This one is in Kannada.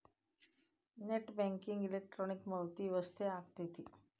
ನೆಟ್ ಬ್ಯಾಂಕಿಂಗ್ ಇಲೆಕ್ಟ್ರಾನಿಕ್ ಪಾವತಿ ವ್ಯವಸ್ಥೆ ಆಗೆತಿ